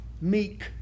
meek